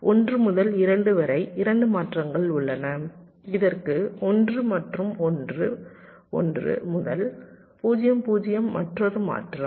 1 முதல் 2 வரை 2 மாற்றங்கள் உள்ளன இதற்கு 1 மற்றும் 1 1 முதல் 0 0 மற்றொரு மாற்றம்